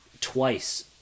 twice